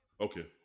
Okay